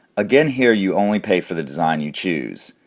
again here you only pay for the design you choose.